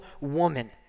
woman